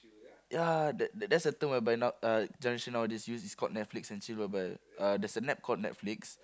ya that that's a term whereby now uh generation nowadays use is called Netflix and Chill whereby uh there's a app called Netflix